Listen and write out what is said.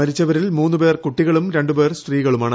മരിച്ചവരിൽ മൂന്ന് പേർ കൂട്ടികളും രണ്ട് പേർ സ്ത്രീകളുമാണ്